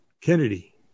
Kennedy